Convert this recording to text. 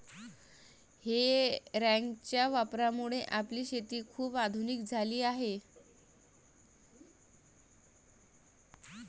हे रॅकच्या वापरामुळे आपली शेती खूप आधुनिक झाली आहे